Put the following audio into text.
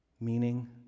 meaning